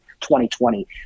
2020